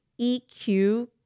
EQ